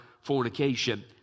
fornication